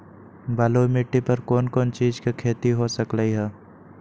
बलुई माटी पर कोन कोन चीज के खेती हो सकलई ह?